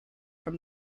from